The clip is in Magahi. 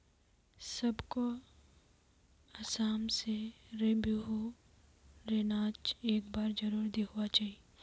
सबको असम में र बिहु र नाच एक बार जरुर दिखवा चाहि